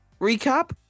recap